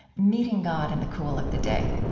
meeting god in the cool of the day.